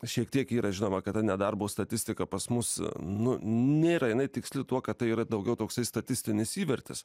šiek tiek yra žinoma kad ta nedarbo statistika pas mus nu nėra jinai tiksli tuo kad tai yra daugiau toksai statistinis įvertis